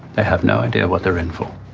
they have no idea what they're in for.